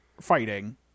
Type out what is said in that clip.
fighting